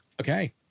Okay